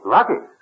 Lucky